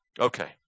Okay